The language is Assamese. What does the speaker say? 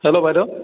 হেল্ল' বাইদেউ